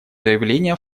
заявление